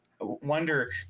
wonder